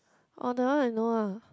oh that one I know ah